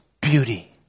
beauty